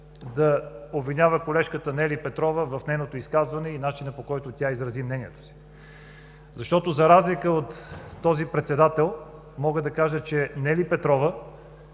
да обвинява колежката Нели Петрова в нейното изказване и начинът, по който тя изрази мнението си. Защото, за разлика от този председател, мога да кажа, че Нели Петрова